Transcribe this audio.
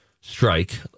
strike